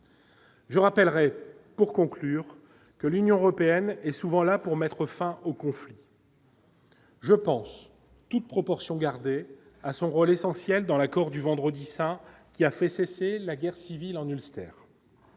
Je rappellerai pour conclure que l'Union européenne est souvent là pour mettre fin au conflit. Je pense, toutes proportions gardées, à son rôle essentiel dans l'accord du vendredi Saint, qui a fait cesser la guerre civile en Ulster.